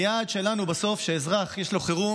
היעד שלנו בסוף הוא שהאזרח שיש לו חירום,